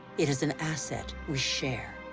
it is an asset we share.